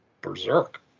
berserk